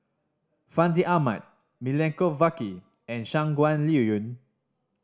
Fandi Ahmad Milenko Prvacki and Shangguan Liuyun